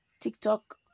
tiktok